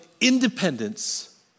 independence